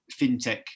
fintech